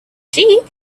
sheep